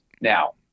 now